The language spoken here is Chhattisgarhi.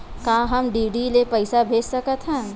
का हम डी.डी ले पईसा भेज सकत हन?